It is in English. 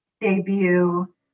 debut